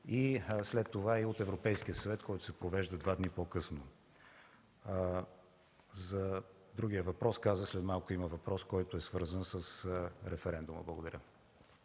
и след това и от Европейския съвет, който се провежда два дни по-късно. За другия въпрос казах, че след малко има въпрос, който е свързан с референдума. Благодаря.